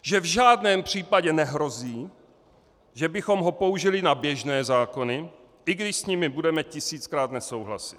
Že v žádném případě nehrozí, že bychom ho použili na běžné zákony, i když s nimi budeme tisíckrát nesouhlasit.